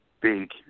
big